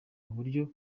buryo